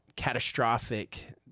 catastrophic